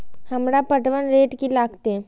हमरा पटवन रेट की लागते?